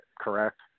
Correct